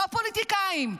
לא פוליטיקאים,